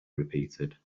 repeated